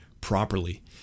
properly